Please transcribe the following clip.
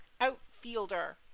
outfielder